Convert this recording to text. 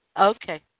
Okay